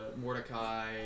Mordecai